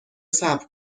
صبر